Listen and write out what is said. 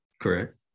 Correct